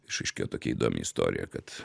išaiškėjo tokia įdomi istorija kad